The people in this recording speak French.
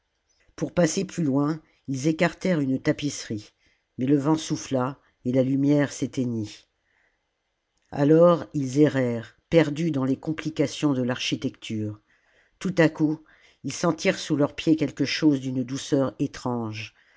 pour passer plus loin ils écartèrent une tapisserie mais le vent souffla et la lumière s'éteignit alors ils errèrent perdus dans les complications de l'architecture tout à coup ils sentirent sous leurs pieds quelque chose d'une douceur étrange